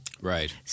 Right